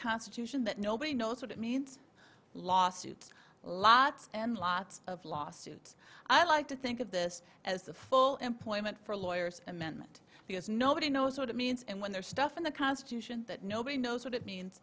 constitution that nobody knows what it means lawsuits lots and lots of lawsuits i like to think of this as the full employment for lawyers amendment because nobody knows what it means and when there's stuff in the constitution that nobody knows what it means